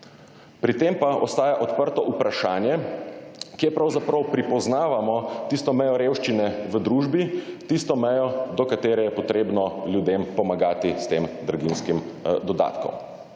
Pri tem pa ostaja odprto vprašanje kje pravzaprav pripoznavamo tisto meje revščine v družbi, tisto mejo do katere je potrebno ljudem pomagati s tem draginjskim dodatkom.